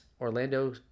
Orlando